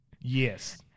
Yes